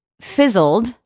fizzled